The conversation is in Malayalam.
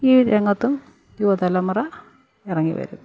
ഈ രംഗത്തും യുവതലമുറ ഇറങ്ങിവരും